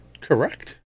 correct